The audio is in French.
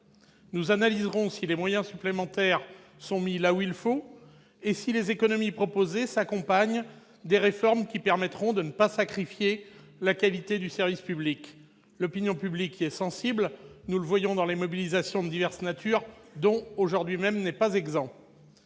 Nous analyserons si les moyens supplémentaires sont mis là où il le faut et si les économies proposées s'accompagnent des réformes qui permettront de ne pas sacrifier la qualité du service public. L'opinion publique y est sensible, les mobilisations de diverses natures le montrent ; c'est le